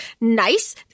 Nice